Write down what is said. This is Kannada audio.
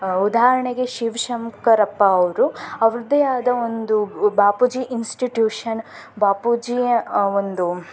ಉದಾಹರಣೆಗೆ ಶಿವಶಂಕರಪ್ಪ ಅವರು ಅವರದ್ದೇ ಆದ ಒಂದು ವ ಬಾಪೂಜಿ ಇನ್ಸ್ಟಿಟ್ಯೂಶನ್ ಬಾಪೂಜಿ ಒಂದು